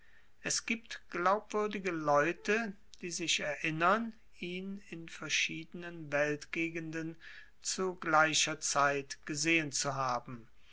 es gibt glaubwürdige leute die sich erinnern ihn in verschiedenen weltgegenden zu gleicher zeit gesehen zu haben